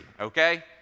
okay